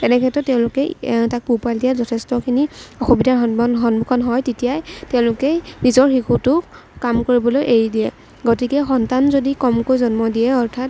তেনেক্ষেত্ৰত তেওঁলোকে তাক পোহপাল দিয়াত যথেষ্টখিনি অসুবিধাৰ সন্মুখীন হয় তেতিয়াই তেওঁলোকে নিজৰ শিশুটো কাম কৰিবলৈ এৰি দিয়ে গতিকে সন্তান যদি কমকৈ জন্ম দিয়ে অৰ্থাৎ